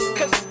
Cause